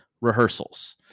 rehearsals